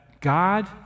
God